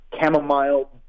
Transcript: Chamomile